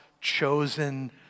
chosen